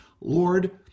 Lord